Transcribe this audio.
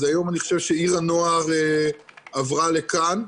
אז היום אני חושב שעיר הנוער עברה לכאן,